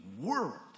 world